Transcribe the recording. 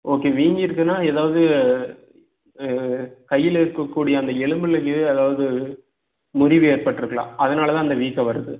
okay வீங்கி இருக்குனால் எதாவது கையில் இருக்கக்கூடிய அந்த எலும்பில் கீது எதாவது முறிவு ஏற்பட்டிருக்கலாம் அதனால அந்த வீக்கம் வருது